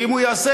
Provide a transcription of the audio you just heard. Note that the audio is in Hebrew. ואם הוא ייעשה,